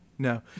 No